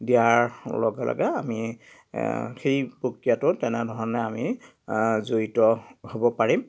দিয়াৰ লগে লগে আমি সেই প্ৰক্ৰিয়াটো তেনেধৰণে আমি জড়িত হ'ব পাৰিম